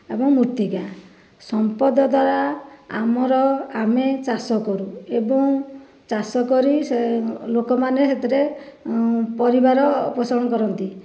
ଏବଂ ମୂର୍ତ୍ତିକା ସମ୍ପଦ ଦ୍ଵାରା ଆମର ଆମେ ଚାଷ କରୁ ଏବଂ ଚାଷ କରି ଲୋକମାନେ ସେଥିରେ ପରିବାର ପୋଷଣ କରନ୍ତି